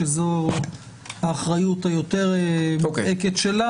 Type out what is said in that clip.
שזו האחריות היותר מובהקת שלה,